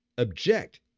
object